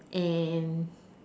and